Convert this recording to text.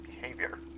behavior